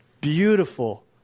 beautiful